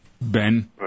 Ben